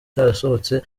byuzuye